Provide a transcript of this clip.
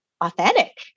authentic